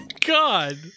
God